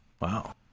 Wow